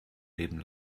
leben